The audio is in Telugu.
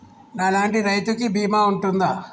నా లాంటి రైతు కి బీమా ఉంటుందా?